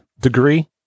degree